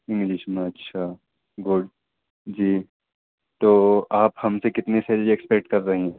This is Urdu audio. انگلش میں اچھا گڈ جی تو آپ ہم سے کتنی سیلری ایکسپیکٹ کر رہی ہیں